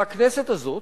והכנסת הזאת